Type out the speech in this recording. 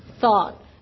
thought